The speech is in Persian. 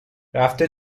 رفته